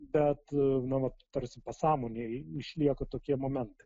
bet na vat tarsi pasąmonėje išlieka tokie momentai